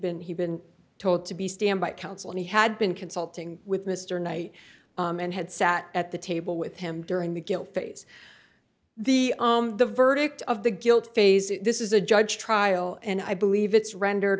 been he'd been told to be standby counsel and he had been consulting with mr knight and had sat at the table with him during the guilt phase the the verdict of the guilt phase this is a judge trial and i believe it's rendered